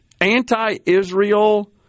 Anti-Israel